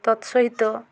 ତତ୍ ସହିତ